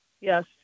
Yes